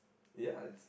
ya